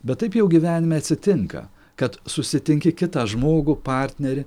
bet taip jau gyvenime atsitinka kad susitinki kitą žmogų partnerį